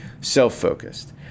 self-focused